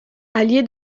allié